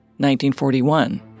1941